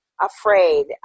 afraid